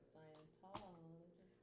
Scientology